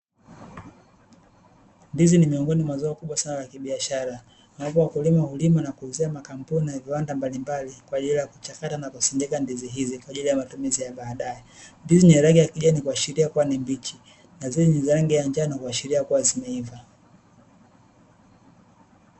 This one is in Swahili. Ndizi ni miongoni mwa zao kubwa la kibiashara, ambalo wakulima hulima na kuuzia makampuni na viwanda mbalimbali kwa ajili ya kuchakata na kusindika ndizi hizi, kwa ajili ya matumizi ya ndizi baadae ndizi yenye rangi ya kijani huashiria kwamba ni mbichi na zenye rangi ya njano huashiria kuwa zimeivaa.